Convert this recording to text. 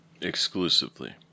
Exclusively